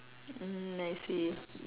hmm I see